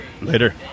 Later